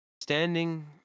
standing